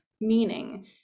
meaning